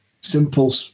simple